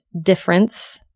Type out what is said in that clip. difference